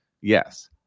yes